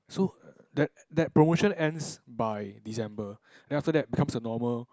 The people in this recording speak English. so that that promotion ends by December then after that becomes normal